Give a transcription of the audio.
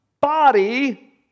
body